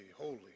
holy